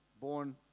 born